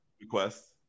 requests